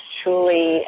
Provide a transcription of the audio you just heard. truly